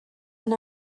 and